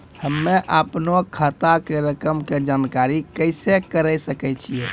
हम्मे अपनो खाता के रकम के जानकारी कैसे करे सकय छियै?